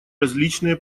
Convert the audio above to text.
различные